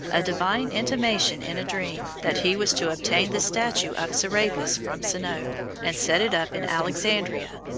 a divine intimation in a dream that he was to obtain the statue of serapis from sinope, and set it up in alexandria,